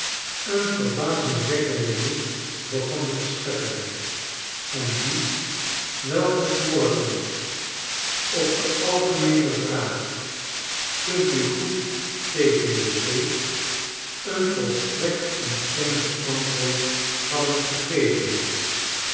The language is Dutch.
een verbazingwekkenden moed begonnen te scheppen en die welke s morgens op de algemeene vraag kunt u goed tegen de zee een volstrekt ontkennend antwoord hadden gegeven